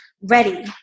ready